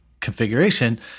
configuration